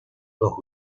dos